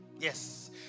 Yes